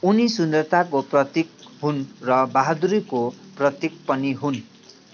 उनी सुन्दरताको प्रतीक हुन् र बहादुरीको प्रतीक पनि हुन्